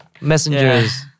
messengers